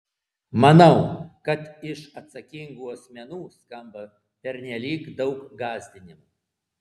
manau kad iš atsakingų asmenų skamba pernelyg daug gąsdinimų